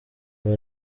ubu